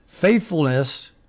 Faithfulness